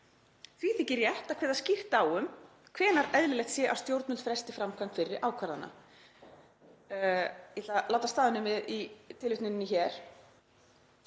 Því þykir rétt að kveða skýrt á um hvenær eðlilegt sé að stjórnvöld fresti framkvæmd fyrri ákvarðana.“ Ég ætla að láta staðar numið í tilvitnuninni hér.